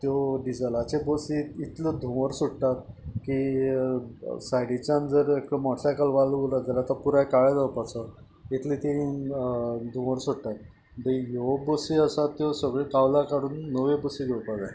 त्यो डिजलाच्यो बसी इतलो धुंवर सोडटात की सायडिंच्यान जर एक मोटरसायकलवालो उरत जाल्यार तो पुराय काळो जावपाचो इतली तीं धुंवर सोडटात ह्यो बसी आसात त्यो सगळ्यो कावला कडून नव्यो बसी घेवपाक जाय